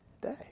day